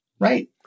Right